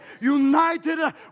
united